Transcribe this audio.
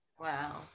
Wow